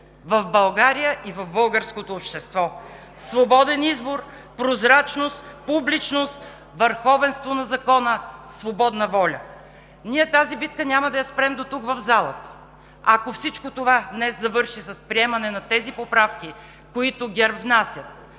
в България и в българското общество – свободен избор, прозрачност, публичност, върховенство на закона, свободна воля. Тази битка няма да я спрем дотук в залата. Ако всичко днес завърши с приемане на тези поправки, които ГЕРБ внасят,